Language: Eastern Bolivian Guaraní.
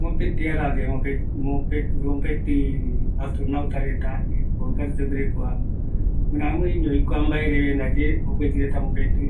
Mopëtï ara ndaye astronauta reta, ogueyɨ mopëtï